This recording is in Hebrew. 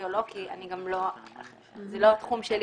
או לא כי תחום הזיהוי זה לא התחום שלי.